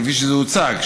כפי שזה הוצג,